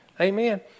Amen